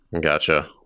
Gotcha